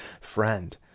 friend